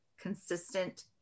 consistent